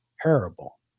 terrible